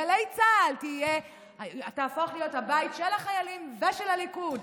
גלי צה"ל תהפוך להיות הבית של החיילים ושל הליכוד.